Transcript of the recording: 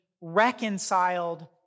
reconciled